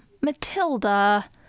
Matilda